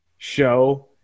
show